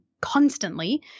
constantly